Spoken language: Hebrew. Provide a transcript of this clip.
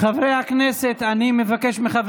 חבריי חברי הכנסת, אני עצוב,